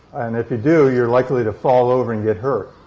and if you do, you're likely to fall over and get hurt